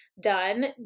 done